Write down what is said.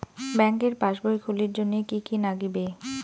ব্যাঙ্কের পাসবই খুলির জন্যে কি কি নাগিবে?